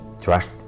trust